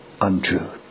untrue